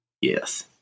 Yes